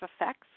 effects